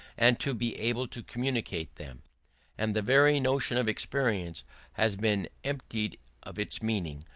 and to be able to communicate them and the very notion of experience has been emptied of its meaning,